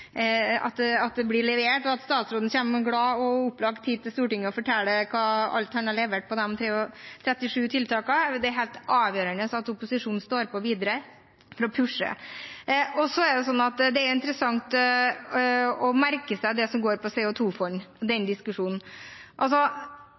sånn at man blir overbevist om at det blir levert om kort tid, og at statsråden kommer glad og opplagt hit til Stortinget og forteller om alt han har levert på de 37 tiltakene. Det er helt avgjørende at opposisjonen står på videre og pusher på. Det er interessant å merke seg den diskusjonen som handler om CO 2 -fond. Regjeringen er helt klar på at den